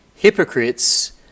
Hypocrites